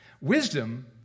Wisdom